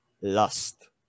Lust